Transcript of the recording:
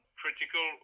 critical